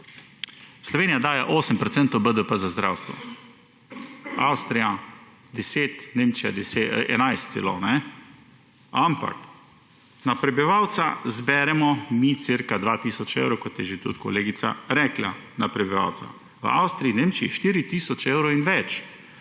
Slovenija daje 8 % BDP za zdravstvo, Avstrija 10 %, Nemčija 11 % celo, ampak na prebivalca zberemo mi okoli 2 tisoč evrov, kot je že tudi kolegica rekla, na prebivalca. V Avstriji, Nemčiji – 4 tisoč evrov in več,